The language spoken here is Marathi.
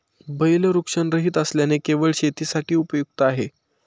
बैल वृषणरहित असल्याने केवळ शेतीसाठी उपयुक्त आहे